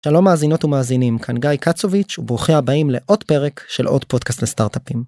שלום מאזינות ומאזינים כאן גיא קצוביץ' וברוכים הבאים לעוד פרק של עוד פודקאסט לסטארטאפים.